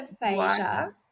aphasia